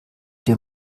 den